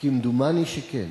כמדומני שכן.